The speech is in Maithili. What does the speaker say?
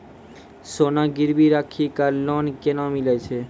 सोना गिरवी राखी कऽ लोन केना मिलै छै?